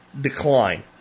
decline